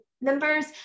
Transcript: members